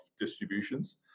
distributions